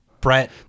Brett